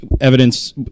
evidence